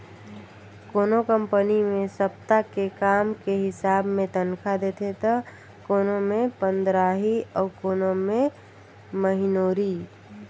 कोनो कंपनी मे सप्ता के काम के हिसाब मे तनखा देथे त कोनो मे पंदराही अउ कोनो मे महिनोरी